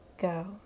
go